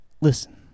Listen